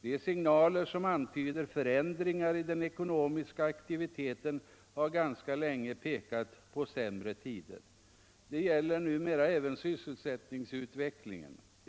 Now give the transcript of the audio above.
De signaler som antyder förändringar i den ekonomiska aktiviteten har ganska länge pekat på sämre tider. Det gäller numera även sysselsättningsutvecklingen.